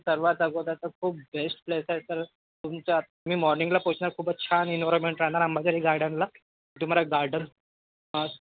सर्वात अगोदर तर खूप बेस्ट प्लेस आहे सर तुमचा तुम्ही मॉर्निंगला पोहोचणार खूपच छान एन्व्हायरमेंट राहणार अंबाझरीला गार्डनला तुम्हाला गार्डन